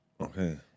Okay